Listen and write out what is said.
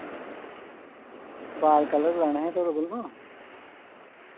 बाल colour कराने हे थुआढ़े कोला